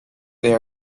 they